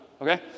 okay